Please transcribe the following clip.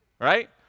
Right